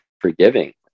forgiving